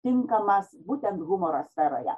tinkamas būtent humoro sferoje